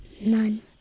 None